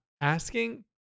asking